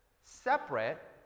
separate